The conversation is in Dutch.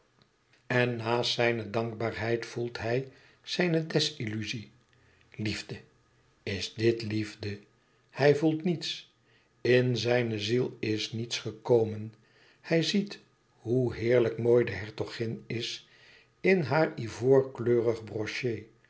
en naast zijne dankbaarheid voelt hij zijne désilluzie liefde is dit liefde hij voelt niets in zijne ziel is niets nieuws gekomen hij ziet hoe heerlijk mooi de hertogin is in haar ivoorkleurig